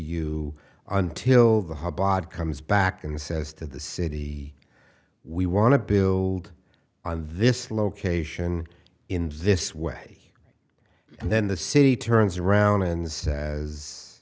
you until the hublot comes back and says to the city we want to build on this location in this way and then the city turns around and says